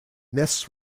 nests